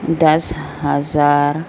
دس ہزار